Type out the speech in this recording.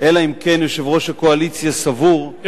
אלא אם כן יושב-ראש הקואליציה סבור,